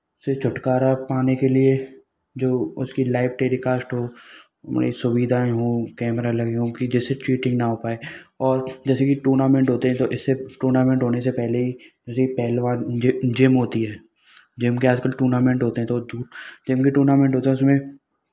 से छुटकारा पाने के लिए जो उसकी लाइव टेलिकास्ट हो मने सुविधाएँ हो कैमरा लगे हों कि जिससे चीटिंग ना हो पाए और जैसे कि टूर्नामेंट होते हैं तो इसे टूर्नामेंट होने से पहले ही जैसे कि पहलवान ये गेम होती है गेम के आज कल टूर्नामेंट होते हैं तो टूर गेम के टूर्नामेंट होते हैं उसमें